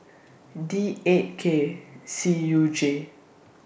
D eight K C U J